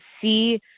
see